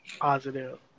positive